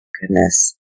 goodness